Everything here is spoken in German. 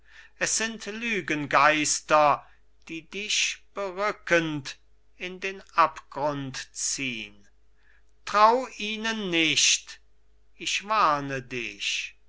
es sind lügengeister die dich berückend in den abgrund ziehn trau ihnen nicht ich warne dich